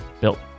Built